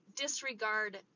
disregard